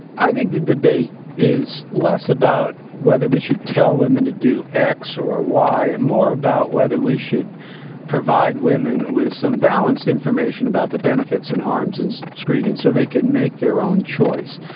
i think the debate is less about whether we should tell women to do x or y and more about whether we should provide women with some balanced information about the benefits and harms in screening so they can make their own choice.